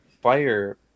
fire